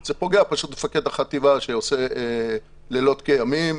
זה פוגע במפקד החטיבה שעושה לילות כימים.